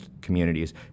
communities